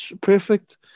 perfect